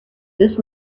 this